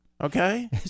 okay